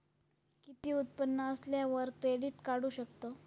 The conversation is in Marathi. किती उत्पन्न असल्यावर क्रेडीट काढू शकतव?